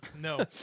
No